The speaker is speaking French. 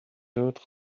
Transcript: d’autre